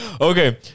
Okay